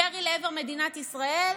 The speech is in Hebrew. ירי לעבר מדינת ישראל,